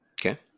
Okay